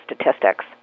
statistics